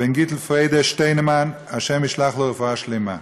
בן גיטל פייגא שטיינמן, ה' ישלח לו רפואה שלמה.